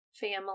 family